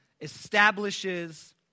establishes